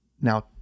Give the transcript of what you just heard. now